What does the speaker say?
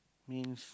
means